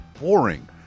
boring